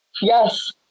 Yes